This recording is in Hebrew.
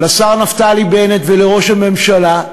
לשר נפתלי בנט ולראש הממשלה: